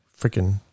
Freaking